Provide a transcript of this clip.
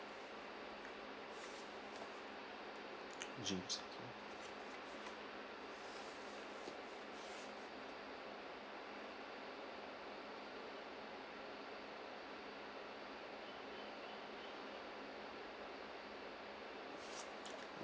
gym city